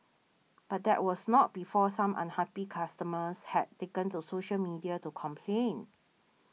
but that was not before some unhappy customers had taken to social media to complain